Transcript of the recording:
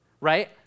right